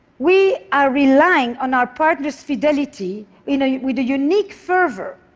we are relying on our partner's fidelity you know with a unique fervor.